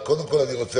אני רוצה